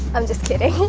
i'm just kidding.